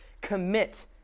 Commit